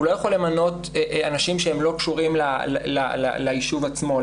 הוא לא יכול למנות אנשים שהם לא קשורים ליישוב עצמו,